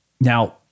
Now